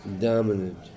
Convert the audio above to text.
dominant